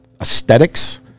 aesthetics